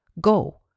go